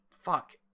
fuck